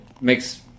makes